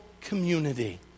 community